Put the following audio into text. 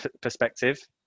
perspective